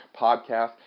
podcast